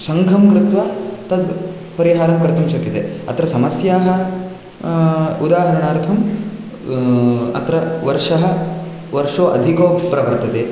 सङ्घं कृत्वा तद् परिहारं कर्तुं शक्यते अत्र समस्याः उदाहरणार्थं अत्र वर्षः वर्षा अधिका प्रवर्तते